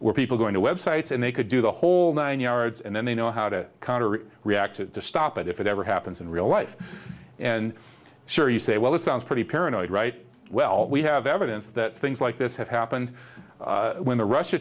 were people going to web sites and they could do the whole nine yards and then they know how to react to stop it if it ever happens in real life and sure you say well that sounds pretty paranoid right well we have evidence that things like this have happened when the russia